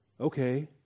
okay